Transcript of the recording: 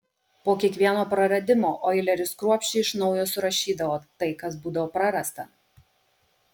po kiekvieno praradimo oileris kruopščiai iš naujo surašydavo tai kas būdavo prarasta